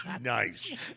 Nice